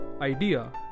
idea